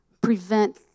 prevent